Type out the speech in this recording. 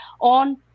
on